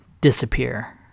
disappear